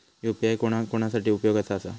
UPI कोणा कोणा साठी उपयोगाचा आसा?